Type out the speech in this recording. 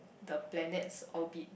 the planets' orbit